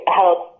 help